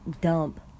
dump